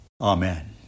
Amen